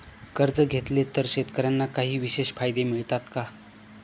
कर्ज घेतले तर शेतकऱ्यांना काही विशेष फायदे मिळतात का?